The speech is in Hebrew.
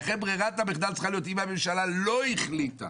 לכן ברירת המחדל צריכה להיות אם הממשלה לא החליטה.